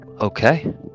Okay